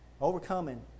Overcoming